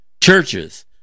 churches